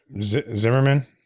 Zimmerman